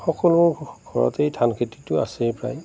সকলোৰ ঘৰতেই ধান খেতিটো আছেই প্ৰায়